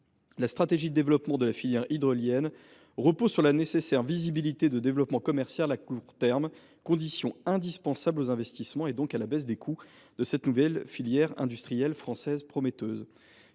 La stratégie de développement de la filière hydrolienne repose sur la nécessaire visibilité de développement commercial à court terme, condition indispensable aux investissements, donc à la baisse des coûts de cette nouvelle filière industrielle française prometteuse.